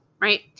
right